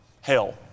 hell